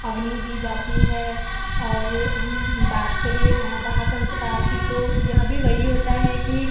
अग्नि दी जाती है और हम बात करें दाह संस्कार की तो यह भी वही होता है कि